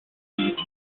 its